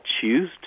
choose